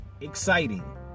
exciting